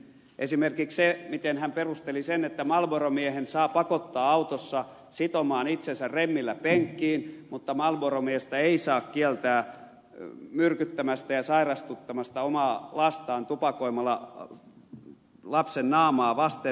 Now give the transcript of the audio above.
esimerkiksi sen miten hän perusteli että marlboro miehen saa pakottaa autossa sitomaan itsensä remmillä penkkiin mutta marlboro miestä ei saa kieltää myrkyttämästä ja sairastuttamasta omaa lastaan tupakoimalla lapsen naamaa vasten ed